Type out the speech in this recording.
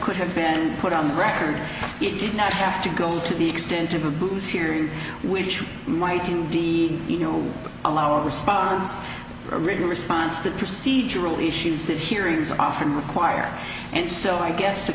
could have been put on the record you did not have to go to the extent of abuse hearing which might be you know allow response or even response the procedural issues that hearings often require and so i guess the